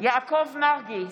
יעקב מרגי,